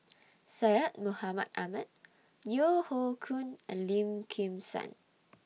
Syed Mohamed Ahmed Yeo Hoe Koon and Lim Kim San